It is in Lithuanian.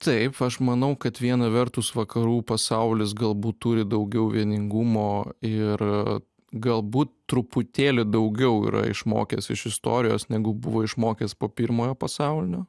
taip aš manau kad viena vertus vakarų pasaulis galbūt turi daugiau vieningumo ir galbūt truputėlį daugiau yra išmokęs iš istorijos negu buvo išmokęs po pirmojo pasaulinio